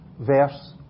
verse